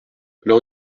leur